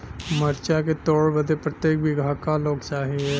मरचा के तोड़ बदे प्रत्येक बिगहा क लोग चाहिए?